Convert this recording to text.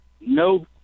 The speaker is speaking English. No